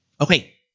Okay